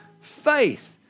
faith